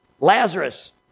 Lazarus